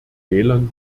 wählern